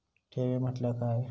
ठेवी म्हटल्या काय?